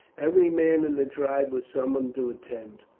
every man in the tribe was summoned to attend,